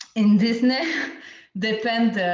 in disney? it depends